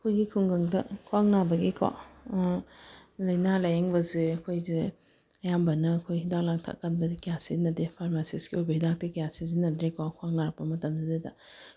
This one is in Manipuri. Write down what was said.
ꯑꯩꯈꯣꯏꯒꯤ ꯈꯨꯡꯒꯪꯗ ꯈ꯭ꯋꯥꯡ ꯅꯥꯕꯒꯤꯀꯣ ꯂꯩꯅ ꯂꯥꯏꯌꯦꯡꯕꯁꯦ ꯑꯩꯈꯣꯏꯁꯦ ꯑꯌꯥꯝꯕꯅ ꯑꯩꯈꯣꯏ ꯍꯤꯗꯥꯛ ꯂꯥꯡꯊꯛ ꯑꯀꯟꯕꯗꯤ ꯀꯌꯥ ꯁꯤꯖꯤꯟꯅꯗꯦ ꯐꯥꯔꯃꯥꯁꯤꯁꯒꯤ ꯑꯣꯏꯕ ꯍꯤꯗꯥꯛꯇꯤ ꯀꯌꯥ ꯁꯤꯖꯤꯟꯅꯗ꯭ꯔꯦꯀꯣ ꯈ꯭ꯋꯥꯡ ꯅꯔꯛꯞ ꯃꯇꯝꯁꯤꯗꯩꯗ